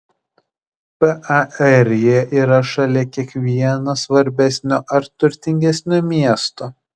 par jie yra šalia kiekvieno svarbesnio ar turtingesnio miesto